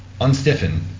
unstiffen